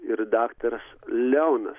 ir daktaras leonas